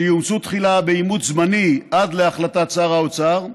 שיאומצו תחילה באימוץ זמני עד להחלטת שר האוצר,